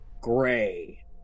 gray